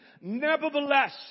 Nevertheless